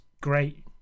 great